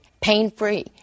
pain-free